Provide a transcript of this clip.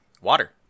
Water